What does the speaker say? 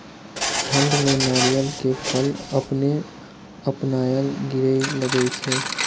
ठंड में नारियल के फल अपने अपनायल गिरे लगए छे?